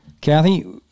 Kathy